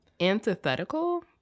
antithetical